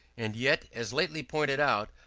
and yet, as lately pointed out,